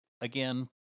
again